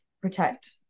protect